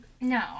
No